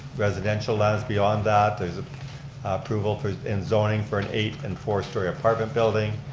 residential lands beyond that. there's approval for and zoning for an eight and four-story apartment building.